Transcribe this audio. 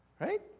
right